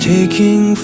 Taking